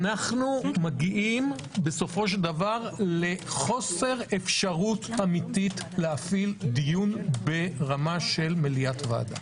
אנחנו מגיעים לחוסר אפשרות אמיתית להפעיל דיון ברמה של מליאת ועדה.